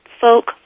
folk